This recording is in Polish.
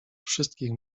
wszystkich